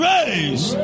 Raise